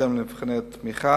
בהתאם למבחני התמיכה